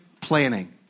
planning